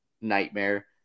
nightmare